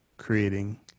creating